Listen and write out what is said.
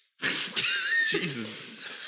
Jesus